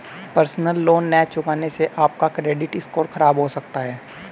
personal loan न चुकाने से आप का क्रेडिट स्कोर खराब हो सकता है